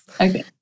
Okay